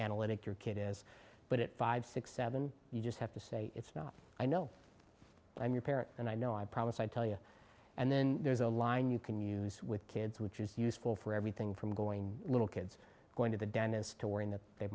analytic your kid is but it five six seven you just have to say it's not i know i'm your parent and i know i promise i tell you and then there's a line you can use with kids which is useful for everything from going little kids going to the dentist to worrying that they